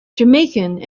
jamaican